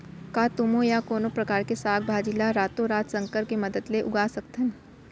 का तुमा या कोनो परकार के साग भाजी ला रातोरात संकर के मदद ले उगा सकथन?